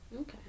Okay